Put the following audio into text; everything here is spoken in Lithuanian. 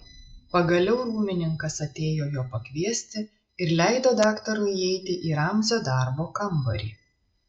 pagaliau rūmininkas atėjo jo pakviesti ir leido daktarui įeiti į ramzio darbo kambarį